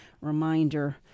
reminder